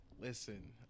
Listen